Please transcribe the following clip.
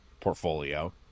portfolio